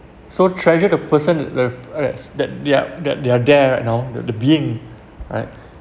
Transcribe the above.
so treasure the person where uh res~ that they're they're they're right now that the being alright